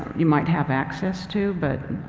you might have access to. but